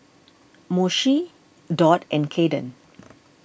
Moshe Dot and Caiden